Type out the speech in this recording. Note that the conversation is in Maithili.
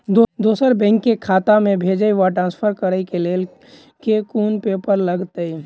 दोसर बैंक केँ खाता मे भेजय वा ट्रान्सफर करै केँ लेल केँ कुन पेपर लागतै?